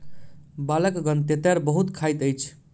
बालकगण तेतैर बहुत खाइत अछि